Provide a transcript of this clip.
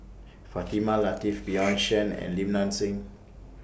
Fatimah Lateef Bjorn Shen and Lim Nang Seng